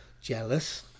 Jealous